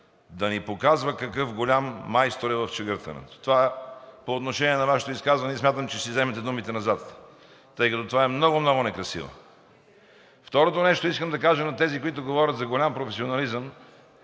да ни показва какъв голям майстор е в чегъртането. Това по отношение на Вашето изказване и смятам, че ще си вземете думите назад, тъй като това е много, много некрасиво. Второто нещо. Искам да кажа на тези, които говорят за голям професионализъм,